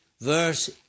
verse